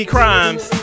Crimes